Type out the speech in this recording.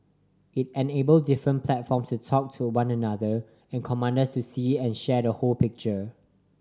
it enabled different platform to talk to one another and commanders to see and share the whole picture